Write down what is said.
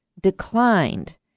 declined